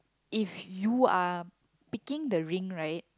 if you are picking the ring right